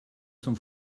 zum